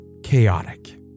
chaotic